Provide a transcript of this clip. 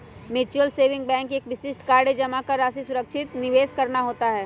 mutual saving bank का विशिष्ट कार्य जमा राशि का सुरक्षित निवेश करना होता है